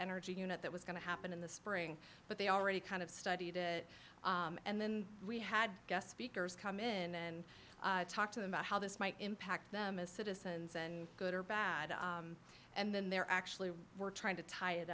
energy unit that was going to happen in the spring but they already kind of studied it and then we had guest speakers come in and talk to them about how this might impact them as citizens and good or bad and then they're actually we're trying to tie it